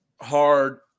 hard